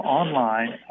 online